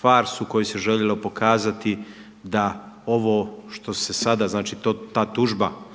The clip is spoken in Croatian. farsu u kojoj se željelo pokazati da ovo što se sada znači ta tužba